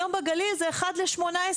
היום בגליל זה 1 ל-18.